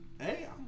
Hey